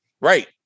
Right